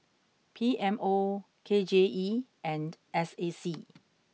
P M O K J E and S A C